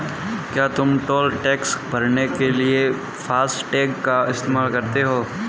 क्या तुम toll tax भरने के लिए फासटेग का इस्तेमाल करते हो?